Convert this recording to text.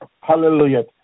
Hallelujah